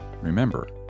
remember